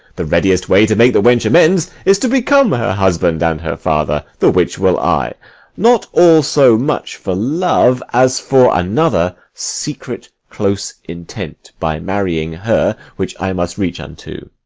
the readiest way to make the wench amends is to become her husband and her father the which will i not all so much for love as for another secret close intent, by marrying her, which i must reach unto.